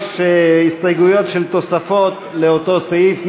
יש הסתייגויות של תוספות לאותו סעיף.